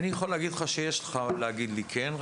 אני יכול להגיד לך שיש לך מה להגיד לי כן,